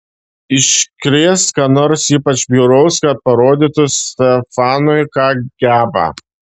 iškrės ką nors ypač bjauraus kad parodytų stefanui ką geba